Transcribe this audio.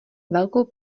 velkou